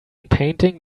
painting